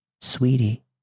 sweetie